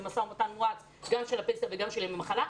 במשא ומתן מואץ גם של הפנסיה וגם של ימי המחלה,